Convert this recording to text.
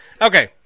Okay